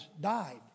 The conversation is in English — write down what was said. died